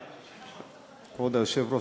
כבוד היושב-ראש,